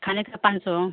खाने का पाँच सौ